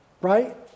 right